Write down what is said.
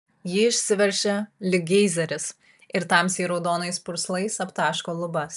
ji išsiveržia lyg geizeris ir tamsiai raudonais purslais aptaško lubas